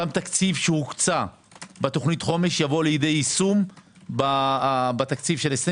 אותו תקציב שהוקצה בתוכנית החומש יבוא לידי יישום בתקציב של 23',